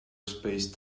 spaced